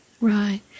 right